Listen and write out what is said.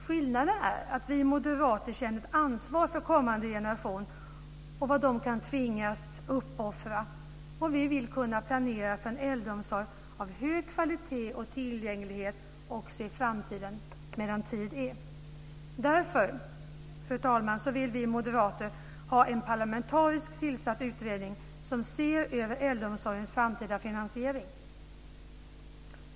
Skillnaden är att vi moderater känner ett ansvar för kommande generationer och vad de kan tvingas uppoffra, och vi vill kunna planera för en äldreomsorg av hög kvalitet och tillgänglighet också i framtiden medan tid är. Därför, fru talman, vill vi moderater ha en parlamentariskt tillsatt utredning som ser över äldreomsorgens framtida finansiering.